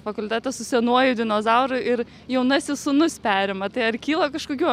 fakultetas su senuoju dinozauru ir jaunasis sūnus perima tai ar kyla kažkokių